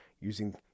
using